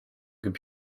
and